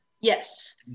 Yes